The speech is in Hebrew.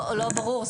לא ברור.